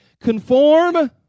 Conform